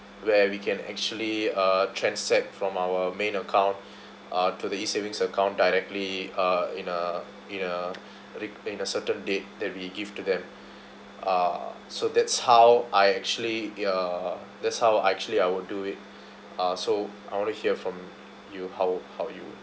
where we can actually uh transact from our main account uh to the E savings account directly uh in a in a ri~ in a certain date that we give to them uh so that's how I actually ya that's how I actually I would do it uh so I want to hear from you how how you